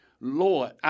Lord